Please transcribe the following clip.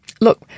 look